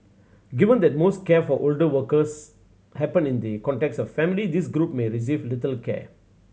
given that most care for older persons happen in the context of family this group may receive little care